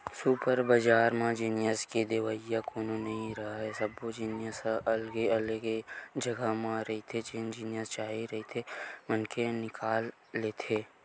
super बजार म जिनिस के देवइया कोनो नइ राहय, सब्बो जिनिस ह अलगे अलगे जघा म रहिथे जेन जिनिस चाही रहिथे मनखे निकाल लेथे